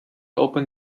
open